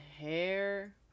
hair